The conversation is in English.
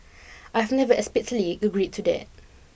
I have never explicitly agreed to that